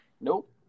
Nope